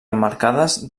emmarcades